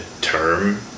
term